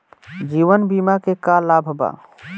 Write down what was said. जीवन बीमा के का लाभ बा?